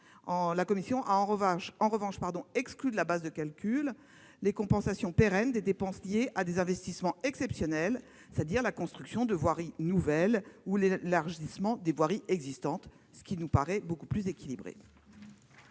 La commission a en revanche exclu de la base de calcul les compensations pérennes des dépenses liées à des investissements exceptionnels, c'est-à-dire la construction de voiries nouvelles ou l'élargissement des voiries existantes. La parole est à M.